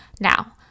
Now